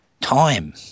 time